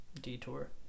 detour